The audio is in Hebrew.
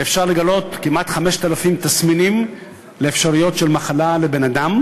אפשר לגלות כמעט 5,000 תסמינים לאפשרויות של מחלה לבן-אדם.